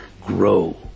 grow